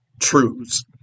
truths